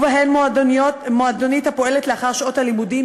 ובהן מועדונית הפועלת לאחר שעות הלימודים